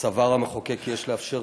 סבר המחוקק כי יש לאפשר